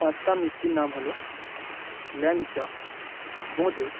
পাঁচটা মিষ্টির নাম হলো ল্যাংচা বোঁদে